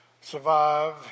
survive